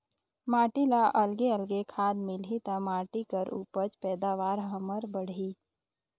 माटी ल अलगे अलगे खाद मिलही त माटी कर उपज पैदावार हमर बड़ही